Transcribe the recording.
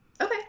Okay